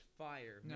fire